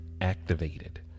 activated